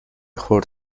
خرد